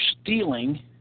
stealing